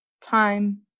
time